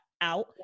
out